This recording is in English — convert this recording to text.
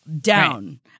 down